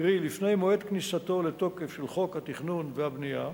קרי לפני מועד כניסתו לתוקף של חוק התכנון והבנייה,